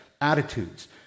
attitudes